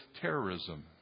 terrorism